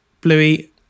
Bluey